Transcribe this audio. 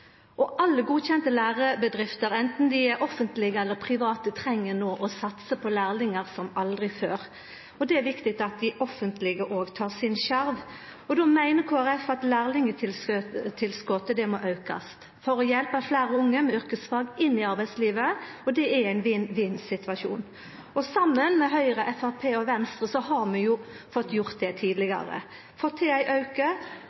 Alle godkjende lærebedrifter, anten dei er offentlege eller private, treng no å satsa på lærlingar som aldri før. Det er viktig at dei offentlege òg yter sin skjerv, og då meiner Kristeleg Folkeparti at lærlingtilskotet må aukast for å hjelpa fleire unge med yrkesfag inn i arbeidslivet, og det er ein vinn-vinn-situasjon. Saman med Høgre, Framstegspartiet og Venstre har vi jo fått til ein auke